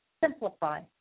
simplify